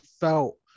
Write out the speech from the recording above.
felt